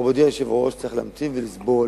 מכובדי היושב-ראש, צריך להמתין ולסבול